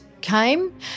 came